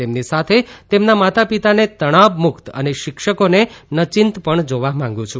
તેમની સાથે તેમના માતા પિતાને તણાવ મુક્ત અને શિક્ષકોને નયિંત પણ જોવા માગું છું